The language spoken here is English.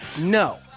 no